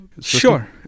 Sure